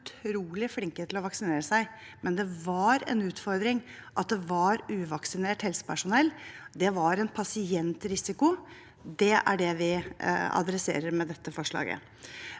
er utrolig flinke til å vaksinere seg, men det var en utfordring at det var uvaksinert helsepersonell. Det var en pasientrisiko. Det er det vi prøver å gjøre noe med med dette forslaget.